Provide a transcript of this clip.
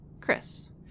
Chris